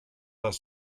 are